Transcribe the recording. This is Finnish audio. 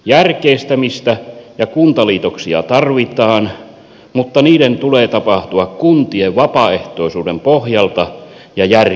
järkeistämistä ja kuntaliitoksia tarvitaan mutta niiden tulee tapahtua kuntien vapaaehtoisuuden pohjalta ja järkisyistä